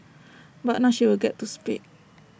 but now she will get to speak